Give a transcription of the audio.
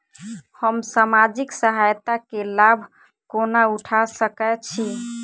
हम सामाजिक सहायता केँ लाभ कोना उठा सकै छी?